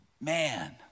man